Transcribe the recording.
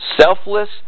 Selfless